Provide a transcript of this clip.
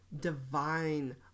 divine